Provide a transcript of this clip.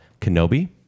Kenobi